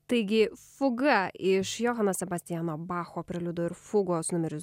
taigi fuga iš johano sebastiano bacho preliudo ir fugos numeris